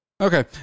Okay